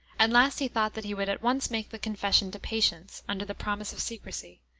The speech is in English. at last he thought that he would at once make the confession to patience, under the promise of secrecy.